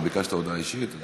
אתה ביקשת הודעה אישית?